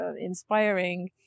inspiring